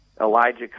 Elijah